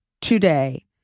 today